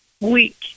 week